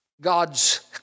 God's